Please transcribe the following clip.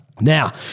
Now